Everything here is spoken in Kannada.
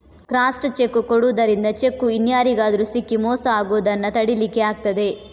ಕ್ರಾಸ್ಡ್ ಚೆಕ್ಕು ಕೊಡುದರಿಂದ ಚೆಕ್ಕು ಇನ್ಯಾರಿಗಾದ್ರೂ ಸಿಕ್ಕಿ ಮೋಸ ಆಗುದನ್ನ ತಡೀಲಿಕ್ಕೆ ಆಗ್ತದೆ